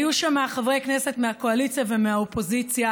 היו שם חברי כנסת מהקואליציה ומהאופוזיציה.